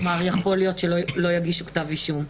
כלומר, יכול להיות שלא יגישו כתב אישום.